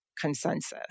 consensus